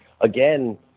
again